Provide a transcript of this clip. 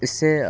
इससे